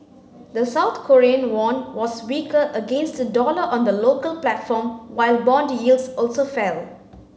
the South Korean won was weaker against the dollar on the local platform while bond yields also fell